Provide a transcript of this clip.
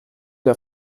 der